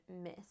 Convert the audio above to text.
miss